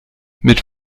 mit